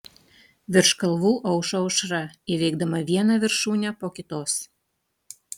virš kalvų aušo aušra įveikdama vieną viršūnę po kitos